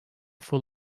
full